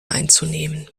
einzunehmen